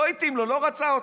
לא התאים לו, לא רצה אותו.